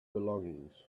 belongings